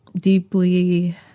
deeply